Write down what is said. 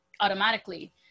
automatically